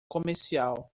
comercial